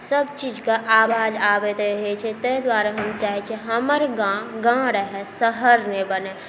सब चीजके आवाज आबैत रहै छै ताहि दुआरे हम चाहै छिए हमर गाँव गाँव रहै शहर नहि बनै